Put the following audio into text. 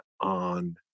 on